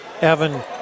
Evan